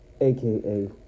aka